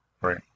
Right